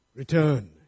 return